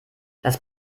das